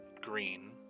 green